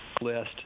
list